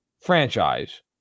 franchise